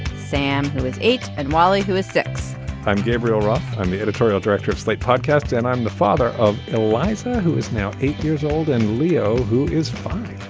sam is eight and wiley who is six i'm gabriel roth. i'm the editorial director of slate podcast and i'm the father of eliza who is now eight years old and leo who is funding.